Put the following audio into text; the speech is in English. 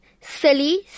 Silly